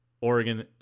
Oregon